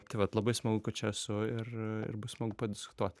tai vat labai smagu kad čia esu ir ir bus smagu padiskutuot